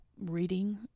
reading